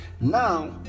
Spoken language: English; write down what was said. Now